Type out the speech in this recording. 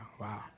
Wow